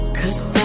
cause